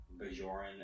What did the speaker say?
Bajoran